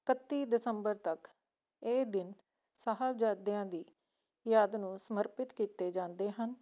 ਇਕੱਤੀ ਦਸੰਬਰ ਤੱਕ ਇਹ ਦਿਨ ਸਾਹਿਬਜ਼ਾਦਿਆਂ ਦੀ ਯਾਦ ਨੂੰ ਸਮਰਪਿਤ ਕੀਤੇ ਜਾਂਦੇ ਹਨ